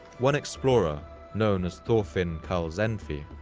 one explorer known as thorfinn karlsenfi,